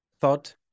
thought